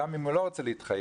גם אם הוא לא רוצה להתחייב,